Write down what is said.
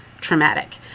traumatic